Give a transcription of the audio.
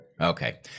Okay